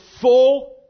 full